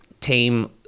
tame